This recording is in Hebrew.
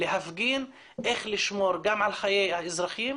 להפגין איך לשמור גם על חיי האזרחים,